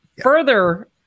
further